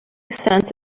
cents